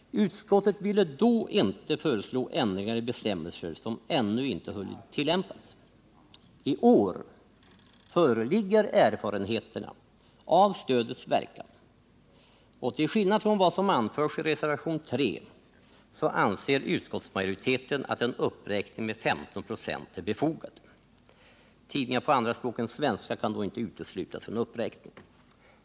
Utskottet ville då inte föreslå ändringar i bestämmelser som ännu inte hunnit tillämpas. I år föreligger erfarenheterna av stödets verkan, och till skillnad från vad som anförs i reservationen 3 anser utskottsmajoriteten att en uppräkning med ca 15 96 är befogad. Tidningar på andra språk än svenska kan då inte uteslutas från uppräkning.